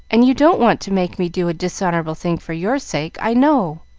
and you don't want to make me do a dishonorable thing for your sake, i know.